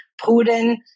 Putin